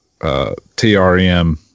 trm